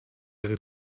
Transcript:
ihre